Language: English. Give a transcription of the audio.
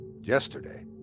yesterday